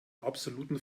absoluten